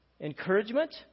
encouragement